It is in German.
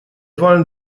wollen